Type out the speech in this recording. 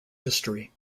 history